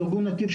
ארגון נתיב,